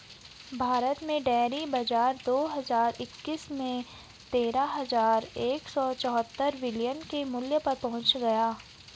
भारत में डेयरी बाजार दो हज़ार इक्कीस में तेरह हज़ार एक सौ चौहत्तर बिलियन के मूल्य पर पहुंच गया